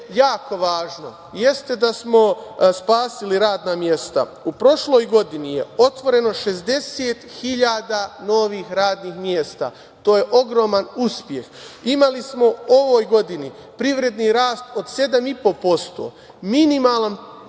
jako važno jeste da smo spasili radna mesta. U prošloj godini otvoreno je 60 hiljada novih radnih mesta. To je ogroman uspeh. Imali smo u ovoj godini privredni rast od 7,5%. Minimalan